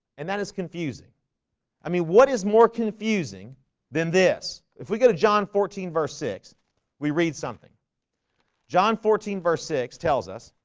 and that is confusing i mean what is more confusing than this if we go to john fourteen verse six we read something john fourteen verse six tells us